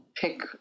pick